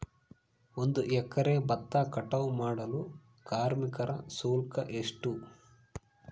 ಒಂದು ಎಕರೆ ಭತ್ತ ಕಟಾವ್ ಮಾಡಲು ಕಾರ್ಮಿಕ ಶುಲ್ಕ ಎಷ್ಟು?